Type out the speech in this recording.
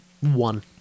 one